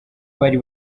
bari